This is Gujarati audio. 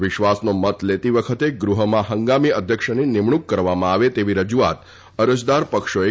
વિશ્વાસનો મત લેતી વખતે ગૃહમાં હંગામી અધ્યક્ષની નિમણુંક કરવામાં આવે તેવી રજુઆત અરજદાર પક્ષોએ કરી છે